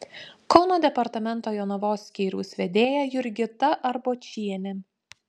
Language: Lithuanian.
kauno departamento jonavos skyriaus vedėja jurgita arbočienė